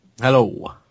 Hello